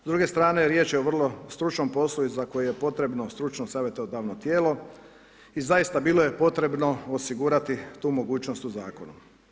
S druge strane riječ je o vrlo stručnom poslu za koje je potrebno stručno savjetodavno tijelo i zaista bilo je potrebno osigurati tu mogućnost u zakonu.